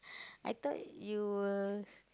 I thought you will